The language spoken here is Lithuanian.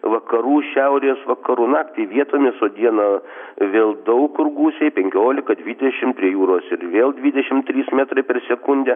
vakarų šiaurės vakarų naktį vietomis o dieną vėl daug kur gūsiai penkiolika dvidešimt prie jūros ir vėl dvidešimt trys metrai per sekundę